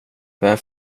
vem